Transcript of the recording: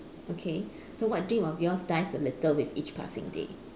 okay so what dream of yours dies a little with each passing day